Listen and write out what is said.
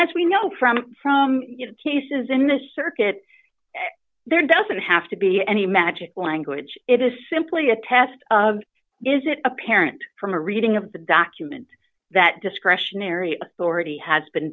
as we know from from you know cases in the circuit there doesn't have to be any magic language it is simply a test of is it apparent from a reading of the document that discretionary authority has been